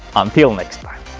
until next time!